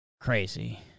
Crazy